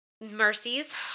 mercies